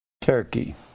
Turkey